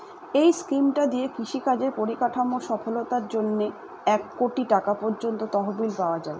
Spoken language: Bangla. এই স্কিমটা দিয়ে কৃষি কাজের পরিকাঠামোর সফলতার জন্যে এক কোটি টাকা পর্যন্ত তহবিল পাওয়া যায়